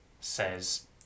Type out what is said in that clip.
says